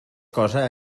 cosa